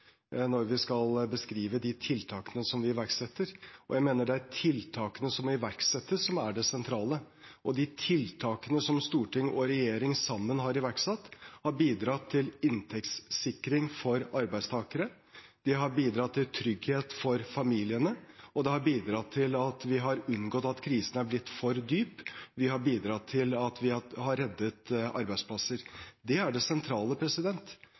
når vi skal beskrive de tiltakene vi iverksetter. Jeg mener det er tiltakene som iverksettes, som er det sentrale. De tiltakene som storting og regjering sammen har iverksatt, har bidratt til inntektssikring for arbeidstakere, de har bidratt til trygghet for familiene, de har bidratt til at vi har unngått at krisen er blitt for dyp, og de har bidratt til at vi har reddet arbeidsplasser. Det er det sentrale.